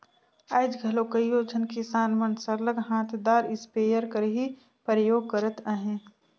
आएज घलो कइयो झन किसान मन सरलग हांथदार इस्पेयर कर ही परयोग करत अहें